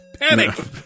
Panic